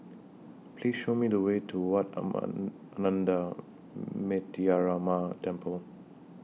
Please Show Me The Way to Wat among Ananda Metyarama Temple